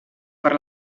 per